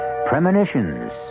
premonitions